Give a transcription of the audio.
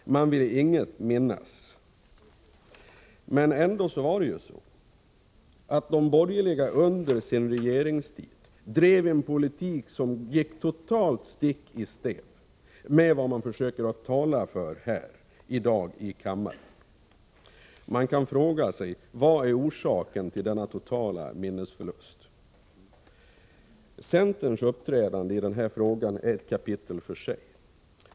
Man vill inget minnas. Ändå var det så att de borgerliga under sin regeringstid drev en politik som gick stick i stäv mot vad ni i dag försöker tala för här i kammaren. Man kan fråga sig: Vad är orsaken till denna totala minnesförlust? Centerns uppträdande i denna fråga är ett kapitel för sig.